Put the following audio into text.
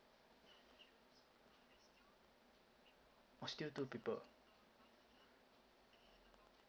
oh still two people